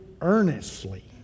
earnestly